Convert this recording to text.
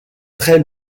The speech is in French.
très